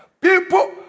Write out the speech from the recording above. People